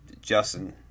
Justin